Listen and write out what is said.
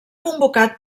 convocat